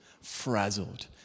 frazzled